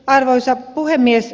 arvoisa puhemies